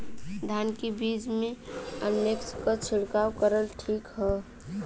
धान के बिज में अलमिक्स क छिड़काव करल ठीक ह?